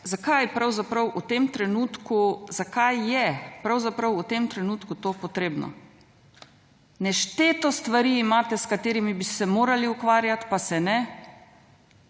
zakaj pravzaprav v tem trenutku, zakaj je v tem trenutku to potrebno. Nešteto stvari imate s katerimi bi se morali ukvarjati, pa se ne,